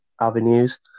avenues